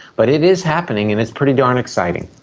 but it is happening and it's pretty darn exciting.